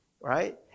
Right